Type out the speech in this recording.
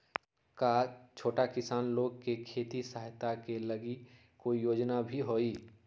का छोटा किसान लोग के खेती सहायता के लगी कोई योजना भी हई?